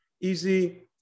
easy